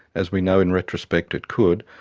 as we know in retrospect it could,